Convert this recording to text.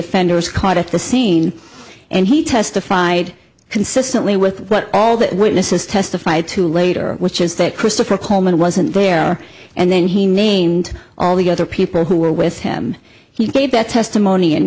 offenders caught at the scene and he testified consistently with all the witnesses testified to later which is that christopher coleman wasn't there and then he named all the other people who were with him he gave that testimony in